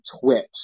twitch